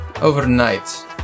overnight